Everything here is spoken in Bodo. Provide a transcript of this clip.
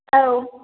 औ